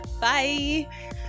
Bye